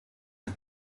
and